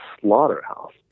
slaughterhouse